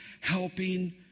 helping